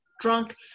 drunk